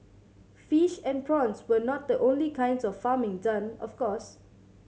fish and prawns were not the only kinds of farming done of course